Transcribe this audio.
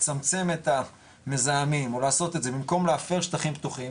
לצמצם את המזהמים או לעשות את זה במקום להפר שטחים פתוחים